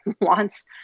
wants